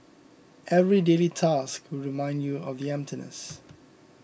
every daily task will remind you of the emptiness